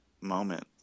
moment